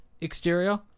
exterior